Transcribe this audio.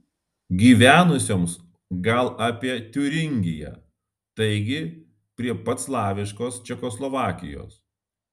gyvenusioms gal apie tiuringiją taigi prie pat slaviškos čekoslovakijos